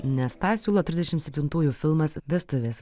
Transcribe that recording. nes tą siūlo trisdešim septintųjų filmas vestuvės